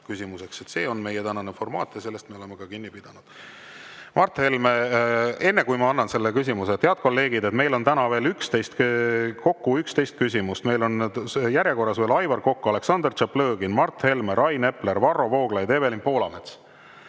See on meie tänane formaat ja sellest me oleme ka kinni pidanud. Mart Helme, enne kui ma annan küsimise [võimaluse]. Head kolleegid, meil on täna kokku 11 küsimust. Meil on järjekorras veel Aivar Kokk, Aleksandr Tšaplõgin, Mart Helme, Rain Epler, Varro Vooglaid, Evelin Poolamets.